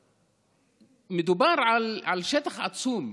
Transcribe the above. מדובר על שטח עצום,